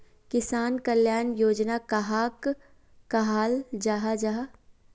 किसान कल्याण योजना कहाक कहाल जाहा जाहा?